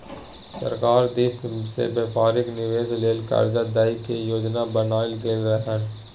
सरकार दिश से व्यापारिक निवेश लेल कर्जा दइ के योजना बनाएल गेलइ हन